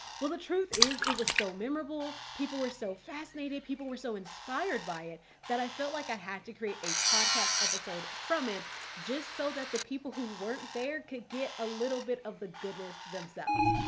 well, the truth is it was so memorable, people were so fascinated, people were so inspired by it that i felt like i had to create a podcast episode from it just so that the people who weren't there could get a little bit of the goodness themselves.